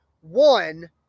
one